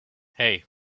hey